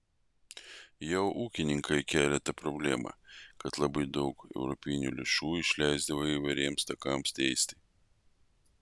jau ūkininkai kėlė tą problemą kad labai daug europinių lėšų išleisdavo įvairiems takams tiesti